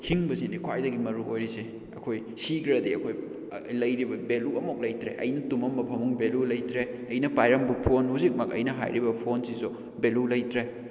ꯍꯤꯡꯕꯁꯤꯅꯤ ꯑꯩꯈꯣꯏ ꯈ꯭ꯋꯥꯏꯗꯒꯤ ꯃꯔꯨ ꯑꯣꯏꯔꯤꯁꯦ ꯑꯩꯈꯣꯏ ꯁꯤꯈ꯭ꯔꯗꯤ ꯑꯩꯈꯣꯏ ꯂꯩꯔꯤꯕ ꯚꯦꯂꯨ ꯑꯝꯕꯨꯛ ꯂꯩꯇ꯭ꯔꯦ ꯑꯩꯅ ꯇꯨꯝꯃꯝꯕ ꯐꯃꯨꯡ ꯚꯦꯂꯨ ꯂꯩꯇ꯭ꯔꯦ ꯑꯩꯅ ꯄꯥꯏꯔꯝꯕ ꯐꯣꯟ ꯍꯧꯖꯤꯛꯃꯛ ꯑꯩꯅ ꯍꯥꯏꯔꯤꯕ ꯐꯣꯟꯁꯤꯁꯨ ꯚꯦꯂꯨ ꯂꯩꯇ꯭ꯔꯦ